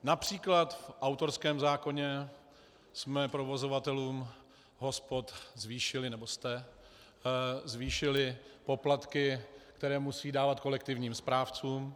Například v autorském zákoně jsme provozovatelům hospod zvýšili nebo jste zvýšili poplatky, které musí dávat kolektivním správcům.